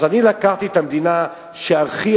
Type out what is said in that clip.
אז אני לקחתי את המדינה שהכי,